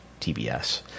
TBS